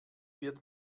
wird